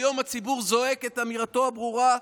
היום הציבור זועק את אמירתו הברורה: